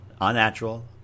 Unnatural